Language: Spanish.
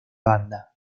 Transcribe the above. banda